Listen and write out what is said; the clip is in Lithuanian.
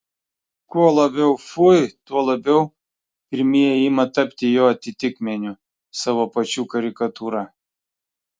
kuo labiau fui tuo labiau pirmieji ima tapti jo atitikmeniu savo pačių karikatūra